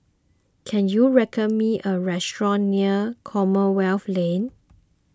can you me a restaurant near Commonwealth Lane